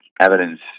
evidence